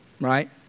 Right